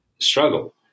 struggle